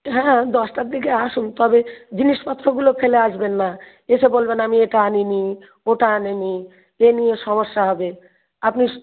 হ্যাঁ দশটার দিকে আসুন তবে জিনিসপত্রগুলো ফেলে আসবেন না এসে বলবেন আমি এটা আনিনি ওটা আনিনি এ নিয়ে সমস্যা হবে আপনি